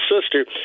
sister